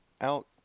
out